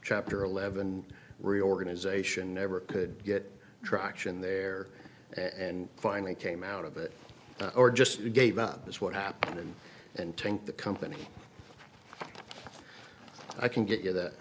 chapter eleven reorganization never could get traction there and finally came out of it or just gave up that's what happened and think the company i can get you that